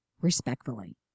respectfully